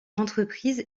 entreprise